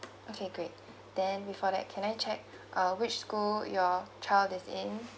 okay great then before that can I check uh which school your child is in